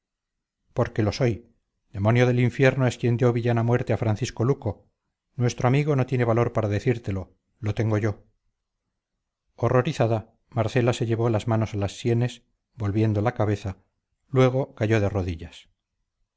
porque lo soy demonio del infierno es quien dio villana muerte a francisco luco nuestro amigo no tiene valor para decirlo lo tengo yo horrorizada marcela se llevó las manos a las sienes volviendo la cabeza luego cayó de rodillas